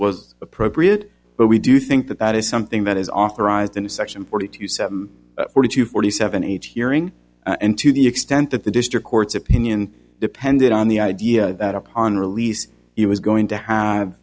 was appropriate but we do think that that is something that is authorised in a section forty two forty two forty seven eight hearing and to the extent that the district court's opinion depended on the idea that upon release he was going to have